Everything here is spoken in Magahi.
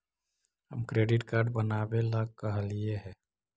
हम क्रेडिट कार्ड बनावे ला कहलिऐ हे?